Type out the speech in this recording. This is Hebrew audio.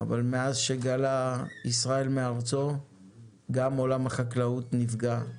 אבל מאז שגלה ישראל מארצו גם עולם החקלאות נפגע.